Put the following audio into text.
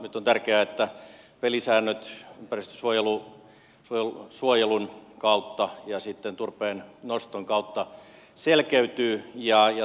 nyt on tärkeää että pelisäännöt ympäristönsuojelun kautta ja sitten turpeennoston kautta selkeytyvät